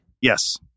Yes